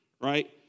right